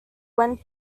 when